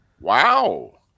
Wow